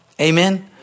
Amen